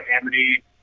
Amity